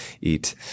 eat